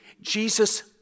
Jesus